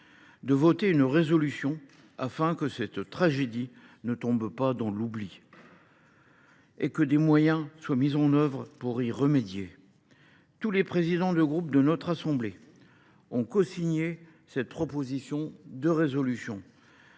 de résolution afin que cette tragédie ne tombe pas dans l’oubli et que des moyens soient mis en œuvre pour remédier à la situation. Tous les présidents de groupe de notre assemblée ont cosigné cette proposition, témoignage